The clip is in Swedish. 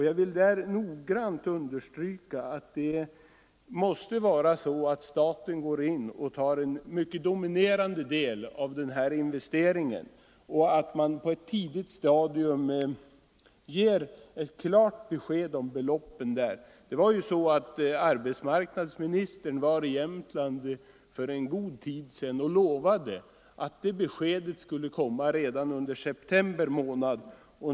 Jag vill därvidlag nogsamt understryka att staten måste stå för den helt dominerande delen av denna investering och att ett klart besked om beloppet måste lämnas på ett tidigt stadium. Det är nu rätt länge sedan arbetsmarknadsministern lovade att ett sådant besked skulle komma redan under september månad.